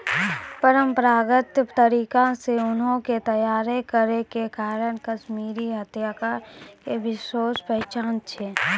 परंपरागत तरीका से ऊनो के तैय्यार करै के कारण कश्मीरी हथकरघा के विशेष पहचान छै